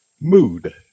mood